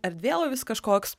erdvėlaivis kažkoks